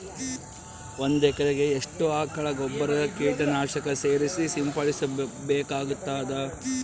ಒಂದು ಎಕರೆಗೆ ಎಷ್ಟು ಆಕಳ ಗೊಬ್ಬರ ಕೀಟನಾಶಕ ಸೇರಿಸಿ ಸಿಂಪಡಸಬೇಕಾಗತದಾ?